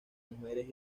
mujeres